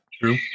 True